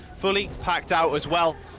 fully packed out as well.